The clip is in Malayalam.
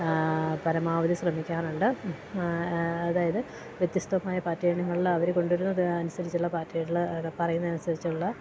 പരമാവധി ശ്രമിക്കാറുണ്ട് അതായത് വ്യത്യസ്തമായ പാറ്റേണ്കളിൽ അവർ കൊണ്ട് തരുന്നത് അനുസരിച്ചുള്ള പാറ്റേണിൽ അത് പറയുന്നത് അനുസരിച്ചുള്ള